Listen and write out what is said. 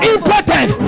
Important